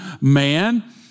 man